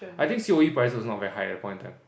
I think c_o_e prices was not very high at that point of time